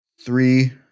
Three